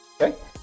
Okay